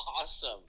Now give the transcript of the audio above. Awesome